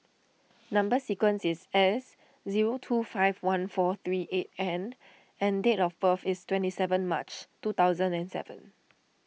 Number Sequence is S zero two five one four three eight N and date of birth is twenty seven March two thousand and seven